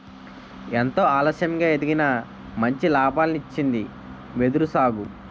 ఎంతో ఆలస్యంగా ఎదిగినా మంచి లాభాల్నిచ్చింది వెదురు సాగు